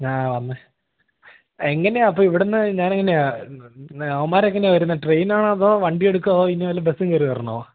ആ വന്ന് എങ്ങനെയാണ് അപ്പോള് ഇവിടെനിന്ന് ഞാനെങ്ങനെയാണ് പിന്നെ അവന്മാര് എങ്ങനെയാണ് വരുന്നത് ട്രെയിനിനാണോ അതോ വണ്ടിയെടുക്കുമോ അതോ ഇനി വല്ല ബസും കയറി വരണമോ